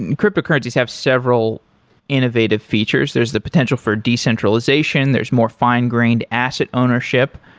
and cryptocurrencies have several innovative features. there is the potential for decentralization. there's more fine-grained asset ownership.